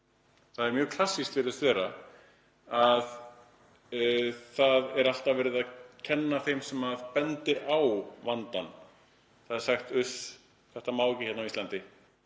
Það er mjög klassískt, virðist vera, að það er alltaf verið að kenna þeim um sem bendir á vandann. Það er sagt: Uss, þetta má ekki hérna á Íslandi.